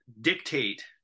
dictate